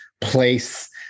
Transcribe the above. place